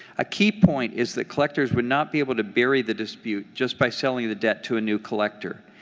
a key point is that collectors would not be able to bury the dispute just by selling the debt to a new collector.